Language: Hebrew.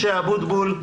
משה אבוטבול,